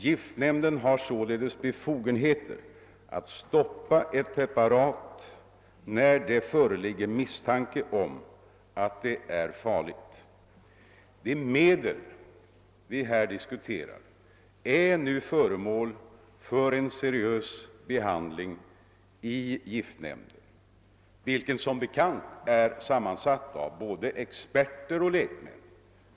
Giftnämnden har således befogenhet att stoppa ett preparat när det föreligger misstanke om att det är farligt. De medel vi här diskuterar är nu föremål för en seriös behandling i giftnämnden, vilken som bekant är sammansatt av både experter och lekmän.